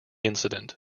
incident